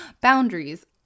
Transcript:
Boundaries